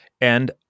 and-